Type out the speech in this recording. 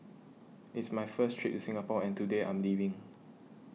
it's my first trip to Singapore and today I'm leaving